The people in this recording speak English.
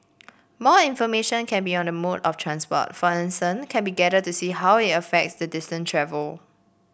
more information can be on the mode of transport for instance can be gathered to see how it affects the distance travelled